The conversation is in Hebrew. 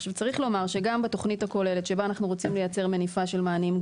צריך לומר שגם בתוכנית הכוללת שבה אנחנו רוצים לייצר מניפה של מענים,